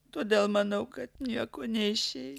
dėl manau kad nieko neišeis